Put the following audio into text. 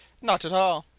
not at all,